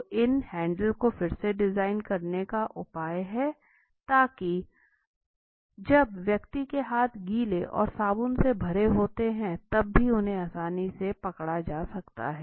तो इन हैंडल को फिर से डिजाइन करने का क्या उपाय है ताकि जब व्यक्ति के हाथ गीले और साबुन से भरे होते हैं तब भी उन्हें आसानी से पकड़ा जा सकता है